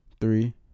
three